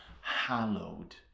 hallowed